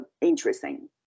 interesting